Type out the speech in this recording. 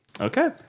Okay